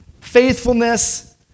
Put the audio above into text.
faithfulness